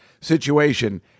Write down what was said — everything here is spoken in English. situation